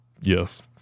Yes